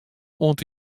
oant